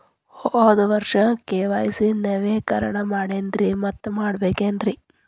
ಹೋದ ವರ್ಷ ಕೆ.ವೈ.ಸಿ ನವೇಕರಣ ಮಾಡೇನ್ರಿ ಮತ್ತ ಮಾಡ್ಬೇಕೇನ್ರಿ?